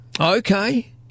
Okay